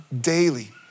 daily